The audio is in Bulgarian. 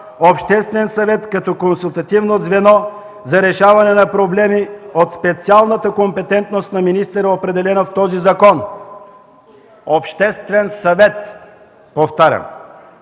Обществен съвет като консултативно звено за решаване на проблеми от специалната компетентност на министъра, определена от този закон.” Повтарям,